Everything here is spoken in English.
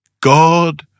God